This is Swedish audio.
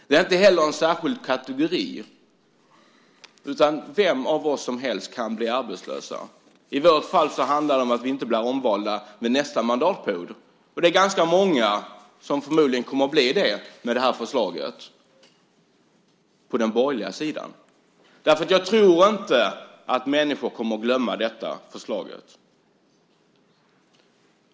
Det är inte heller en särskild kategori, utan vem som helst av oss kan bli arbetslös. I vårt fall handlar det om att vi inte blir omvalda till nästa mandatperiod. Det är förmodligen ganska många som inte kommer att bli det med det här förslaget, på den borgerliga sidan, därför att jag tror inte att människor kommer att glömma detta förslag.